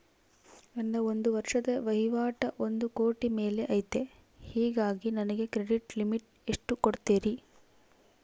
ನನ್ನ ಒಂದು ವರ್ಷದ ವಹಿವಾಟು ಒಂದು ಕೋಟಿ ಮೇಲೆ ಐತೆ ಹೇಗಾಗಿ ನನಗೆ ಕ್ರೆಡಿಟ್ ಲಿಮಿಟ್ ಎಷ್ಟು ಕೊಡ್ತೇರಿ?